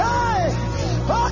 Hey